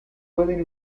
pueden